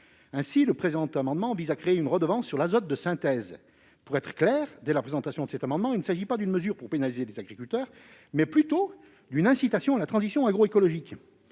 Ainsi le présent amendement tend-il à créer une redevance sur l'azote de synthèse. Je tiens à indiquer clairement, dès la présentation de cet amendement, qu'il ne s'agit pas d'une mesure visant à pénaliser les agriculteurs, mais plutôt d'une incitation à la transition agroécologique.